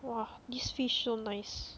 !wah! this fish so nice